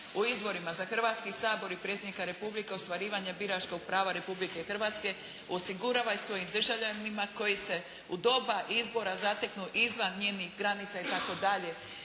U izborima za Hrvatski sabor i Predsjednika Republike ostvarivanje biračkog prava Republike Hrvatske osigurava svojim državljanima koji se u doba izbora zateku izvan njenih granica.", itd.